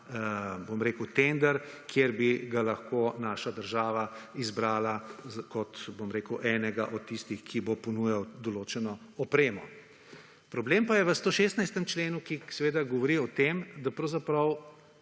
bom rekel, tender, kjer bi ga lahko naša država izbrala kot, bom rekel, enega od tistih, ki bo ponujal določeno opremo. Problem pa je v 116. členu, ki seveda govori o tem, da pravzaprav